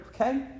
Okay